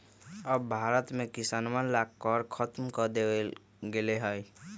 अब भारत में किसनवन ला कर खत्म कर देवल गेले है